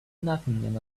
nothing